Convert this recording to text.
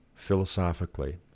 Philosophically